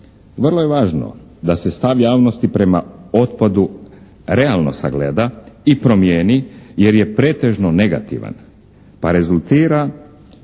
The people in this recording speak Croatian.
Vrlo je važno da se stav javnosti prema otpadu realno sagleda i promijeni jer je pretežno negativan pa rezultira